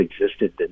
existed